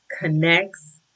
connects